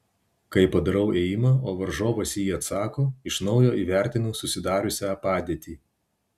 kai padarau ėjimą o varžovas į jį atsako iš naujo įvertinu susidariusią padėtį